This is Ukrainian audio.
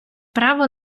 право